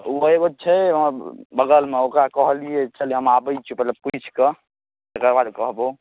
ओहि छै बगलमे ओकरा कहलियै चल हम आबैत छियौ पहिले पूछि कऽ तकर बाद कहबौ